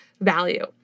value